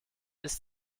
ist